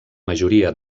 majoria